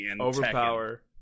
Overpower